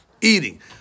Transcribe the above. eating